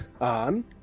on